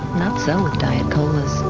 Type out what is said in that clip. not so with diet colas,